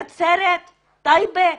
נצרת, טייבה,